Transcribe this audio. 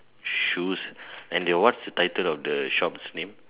shoes and the what's the title of the shops name